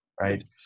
right